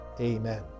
amen